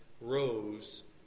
rose